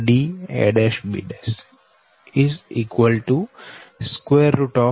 12 0